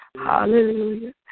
Hallelujah